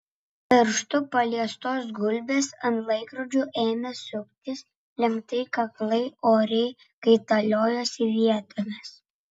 pirštu paliestos gulbės ant laikrodžio ėmė suktis lenkti kaklai oriai kaitaliojosi vietomis